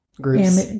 groups